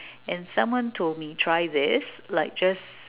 and someone told me try this like just